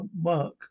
work